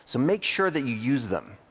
so make sure that you use them.